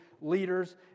leaders